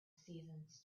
seasons